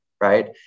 right